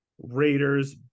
Raiders